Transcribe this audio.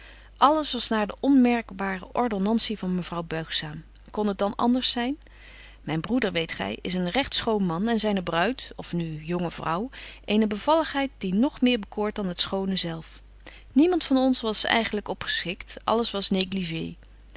alles was naar de onmerkbare ordonnantie van mevrouw buigzaam kon het dan anders zyn myn broeder weet gy is een regt schoon man en zyne bruid of nu jonge vrouw eene bevalligheid die nog meer bekoort dan het schone zelf niemand van ons was eigenlyk op geschikt alles was negligé